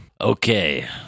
Okay